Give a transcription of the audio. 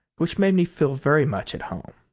which made me feel very much at home.